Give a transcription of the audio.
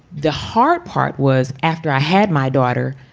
the hard part was after i had my daughter.